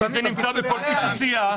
זה נמצא בכל פיצוצייה.